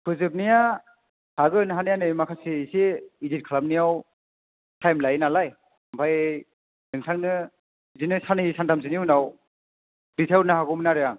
फोजोबनाया हागोन हानाया नै माखासे एसे एडिट खालामनायाव टाइम लायो नालाय ओमफ्राय नोंथांनो बिदिनो साननै सानथामसोनि उनाव दैथाय हरनो हागौमोन आरो आं